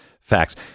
facts